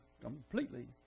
completely